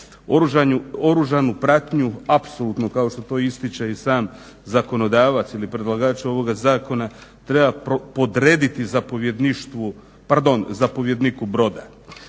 Oružanu pratnju apsolutno kao što ističe i sam zakonodavac ili predlagač ovog zakona treba podrediti zapovjedniku broda.